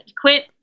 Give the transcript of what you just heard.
quit